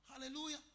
Hallelujah